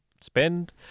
spend